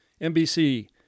NBC